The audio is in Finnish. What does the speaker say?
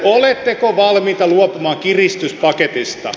oletteko valmiita luopumaan kiristyspaketista